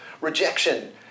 rejection